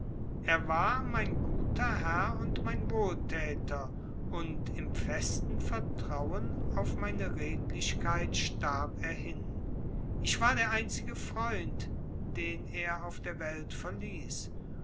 er war mein guter herr und mein wohltäter und im festen vertrauen auf meine redlichkeit starb er hin ich war der einzige freund den er auf der welt verließ